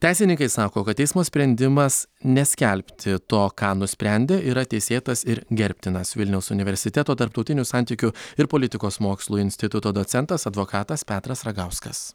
teisininkai sako kad teismo sprendimas neskelbti to ką nusprendė yra teisėtas ir gerbtinas vilniaus universiteto tarptautinių santykių ir politikos mokslų instituto docentas advokatas petras ragauskas